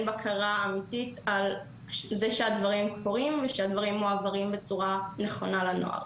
בקרה אמיתית על כך שהדברים קורים ומועברים בצורה נכונה לנוער.